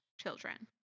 children